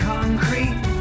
Concrete